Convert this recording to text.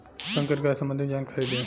संकर गाय संबंधी जानकारी दी?